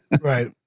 Right